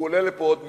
הוא עולה לפה עוד מעט.